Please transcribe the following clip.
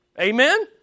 Amen